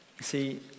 see